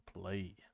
play